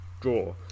draw